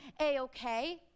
A-okay